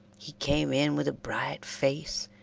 he came in with a bright face,